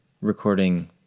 recording